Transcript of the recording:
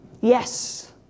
yes